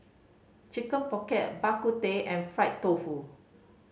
Chicken Pocket Bak Kut Teh and fried tofu